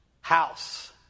house